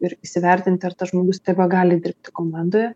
ir įsivertinti ar tas žmogus tebegali dirbti komandoje